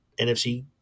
NFC